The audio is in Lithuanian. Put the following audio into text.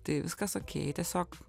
tai viskas okei tiesiog